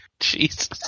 Jesus